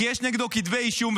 כי יש נגדו כתבי אישום,